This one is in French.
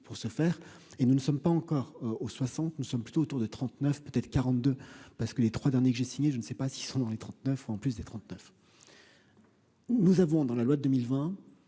pour se faire, et nous ne sommes pas encore au soixante, nous sommes plutôt autour de 39 peut-être 42 parce que les 3 derniers que j'ai signé, je ne sais pas s'ils sont dans les 39 en plus des 39 nous avons dans la loi de 2020